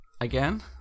again